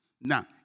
Now